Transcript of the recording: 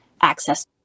access